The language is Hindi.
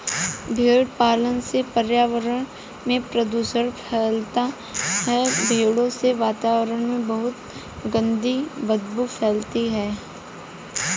भेड़ पालन से पर्यावरण में प्रदूषण फैलता है भेड़ों से वातावरण में बहुत गंदी बदबू फैलती है